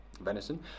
venison